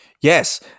Yes